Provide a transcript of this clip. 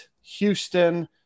Houston